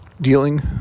Dealing